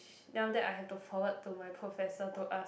then after that I have to forward to my professor to ask